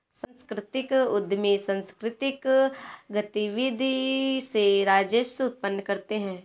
सांस्कृतिक उद्यमी सांकृतिक गतिविधि से राजस्व उत्पन्न करते हैं